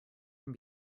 can